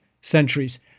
centuries